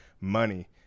money